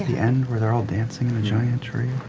the end where they're all dancing in the giant tree.